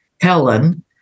Helen